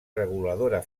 reguladora